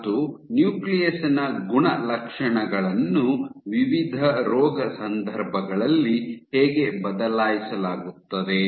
ಮತ್ತು ನ್ಯೂಕ್ಲಿಯಸ್ ನ ಗುಣಲಕ್ಷಣಗಳನ್ನು ವಿವಿಧ ರೋಗ ಸಂದರ್ಭಗಳಲ್ಲಿ ಹೇಗೆ ಬದಲಾಯಿಸಲಾಗುತ್ತದೆ